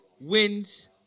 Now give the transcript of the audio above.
wins